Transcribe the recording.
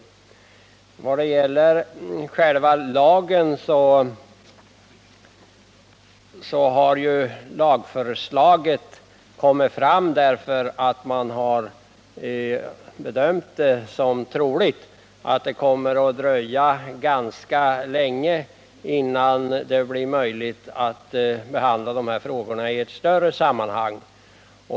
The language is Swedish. Vad gäller själva lagen har ju lagförslaget lagts fram därför att man har bedömt det som troligt att det kommer att dröja ganska länge innan det blir möjligt att behandla de här frågorna i ett större sammanhang.